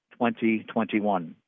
2021